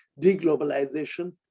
deglobalization